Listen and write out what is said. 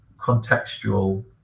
contextual